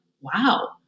wow